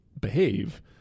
behave